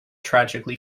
tragically